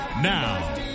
Now